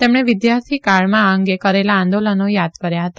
તેમણે વિદ્યાર્થી કાળમાં આ અંગે કરેલા આંદોલનો થાદ કર્યા હતા